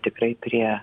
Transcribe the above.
tikrai prie